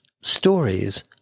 stories